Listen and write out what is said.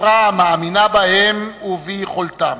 חברה המאמינה בהם וביכולתם.